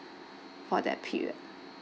for that period